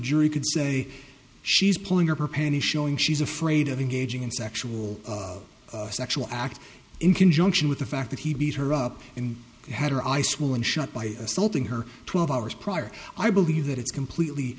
jury could say she's pulling her panties showing she's afraid of engaging in sexual a sexual act in conjunction with the fact that he beat her up and had her ice woman shot by assaulting her twelve hours prior i believe that it's completely